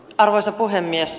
arvoisa puhemies